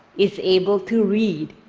is able to read.